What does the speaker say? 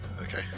Okay